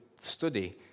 study